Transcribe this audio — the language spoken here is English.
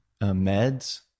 meds